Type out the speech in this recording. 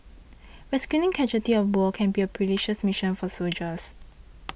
rescuing casualties of war can be a perilous mission for soldiers